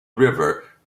river